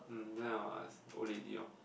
then orh ask old lady orh